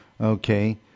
okay